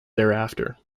thereafter